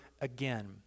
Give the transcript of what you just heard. again